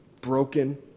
broken